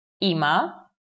Ima